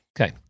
Okay